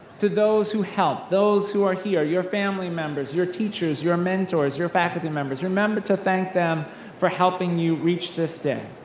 to those who helped, those who are here, your family members, your teachers, your mentors, your faculty members, remember to thank them for helping you reach this day.